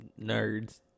nerds